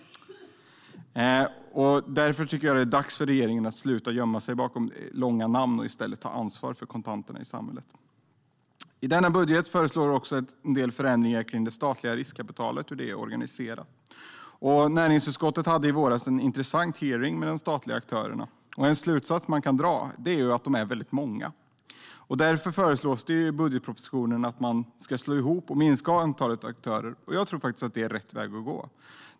Jag tycker att det är dags för regeringen att sluta gömma sig bakom långa namn och i stället ta ansvar för kontanterna i samhället. I denna budget föreslås också en del förändringar av hur det statliga riskkapitalet ska organiseras. Näringsutskottet hade i våras en intressant hearing med de statliga aktörerna. En slutsats man kan dra är att dessa är väldigt många. Därför föreslås det i budgetpropositionen att man ska slå ihop och minska antalet aktörer. Jag tror att det är rätt väg att gå.